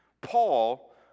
Paul